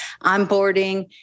onboarding